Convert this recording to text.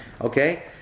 okay